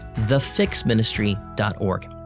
thefixministry.org